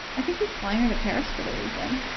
i think he's flying her to paris for the weekend.